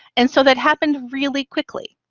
and so that happened really quickly.